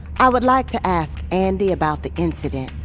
i would like to ask andi about the incident,